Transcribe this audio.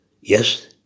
Yes